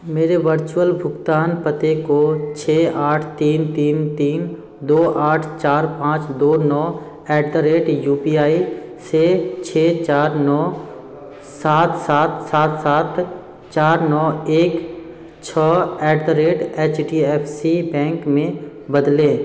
मेरे वर्चुअल भुगतान पते को छः आठ तीन तीन तीन दो आठ चार पाँच दो नौ at the rate U P I से छः चार नौ सात सात सात सात चार नौ एक छः at the rate H D F C bank में बदलें